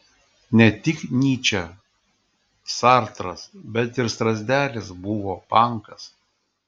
ne tik nyčė sartras bet ir strazdelis buvo pankas